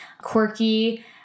Quirky